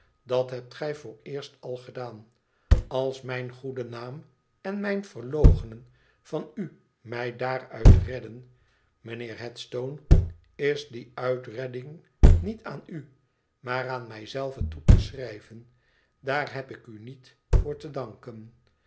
dat hebt gij vooreerst al gedaan als mijn goede naam en mijn verloochenen van u mij daaruit redden mijnheer headstone is die uitredding niet aan u maar aan mij zelven toe te schrijven daar heb ik u niet voor te danken